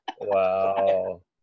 wow